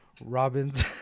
Robin's